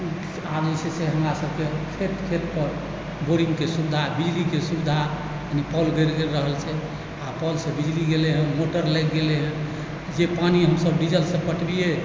आब जे छै से हमरा सबके खेत खेतपर बोरिङ्गके सुविधा बिजलीके सुविधा पोल गड़ि गड़ि रहल छै आओर पोलसँ बिजली गेलै हँ मोटर लगि गेलै हँ जे पानि हम सब डीजलसँ पटबियै